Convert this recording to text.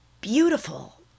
beautiful